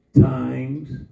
Times